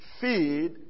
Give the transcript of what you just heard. feed